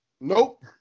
Nope